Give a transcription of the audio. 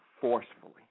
forcefully